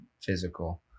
physical